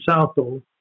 Southall